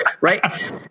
right